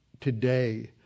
today